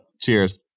Cheers